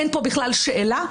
אין פה בכלל שאלה.